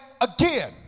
again